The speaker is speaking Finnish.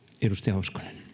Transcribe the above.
arvoisa herra